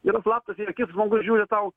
yra slaptas į akis žmogus žiūri tau